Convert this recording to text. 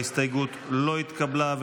ההסתייגות לא התקבלה.